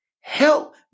Help